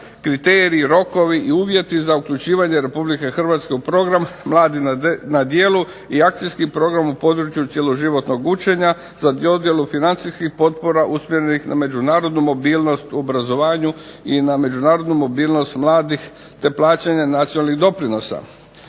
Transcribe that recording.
kriteriji, rokovi i uvjeti za uključivanje RH u Program mladi na djelu i Akcijskog programa u području cjeloživotnog učenja za dodjelu financijskih potpora usmjerenih na međunarodnu mobilnost u obrazovanju i na međunarodnu mobilnost mladih te plaćanja nacionalnih doprinosa.